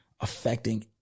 affecting